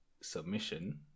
submission